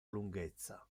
lunghezza